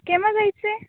केव्हा जायचं आहे